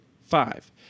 five